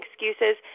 excuses